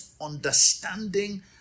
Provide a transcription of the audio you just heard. understanding